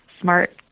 smart